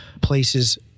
places